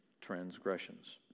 transgressions